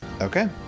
Okay